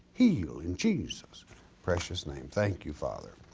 heal in jesus' precious name, thank you father.